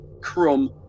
crumb